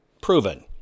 proven